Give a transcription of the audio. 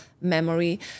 memory